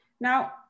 Now